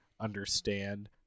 understand